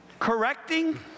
Correcting